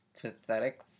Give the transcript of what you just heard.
pathetic